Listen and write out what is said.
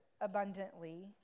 abundantly